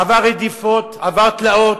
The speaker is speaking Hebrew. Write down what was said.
עבר רדיפות, עבר תלאות,